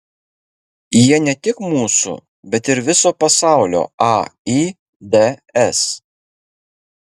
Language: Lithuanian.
jie ne tik mūsų bet ir viso pasaulio aids